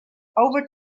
over